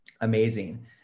amazing